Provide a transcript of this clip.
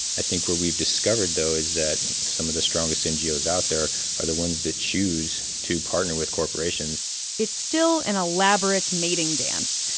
i think what we've discovered, though, is that some of the strongest ngos out there are the ones that choose to partner with corporations it's still an elaborate mating dance.